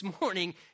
morning